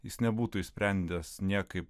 jis nebūtų išsprendęs niekaip